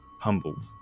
humbled